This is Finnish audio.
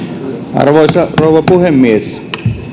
arvoisa rouva puhemies